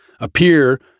appear